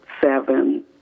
seven